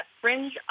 fringe